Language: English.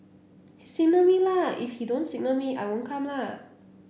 he signal me la if he don't signal me I won't come la